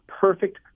perfect